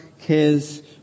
cares